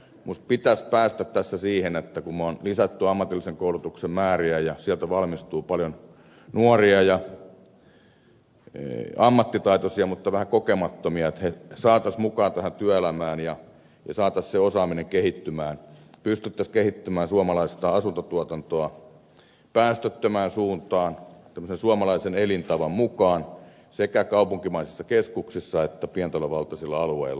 minusta pitäisi päästä tässä siihen että kun olemme lisänneet ammatillisen koulutuksen määriä ja sieltä valmistuu paljon nuoria ja ammattitaitoisia mutta vähän kokemattomia heidät saataisiin mukaan työelämään ja saataisiin osaaminen kehittymään pystyttäisiin kehittämään suomalaista asuntotuotantoa päästöttömään suuntaan suomalaisen elintavan mukaan sekä kaupunkimaisissa keskuksissa että pientalovaltaisilla alueilla